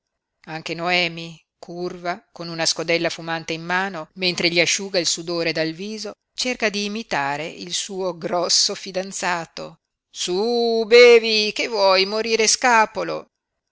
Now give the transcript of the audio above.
anche noemi curva con una scodella fumante in mano mentre gli asciuga il sudore dal viso cerca di imitare il suo grosso fidanzato su bevi che vuoi morire scapolo